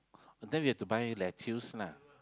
then we have to buy a lettuce lah